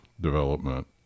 development